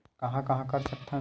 कहां कहां कर सकथन?